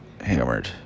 Hammered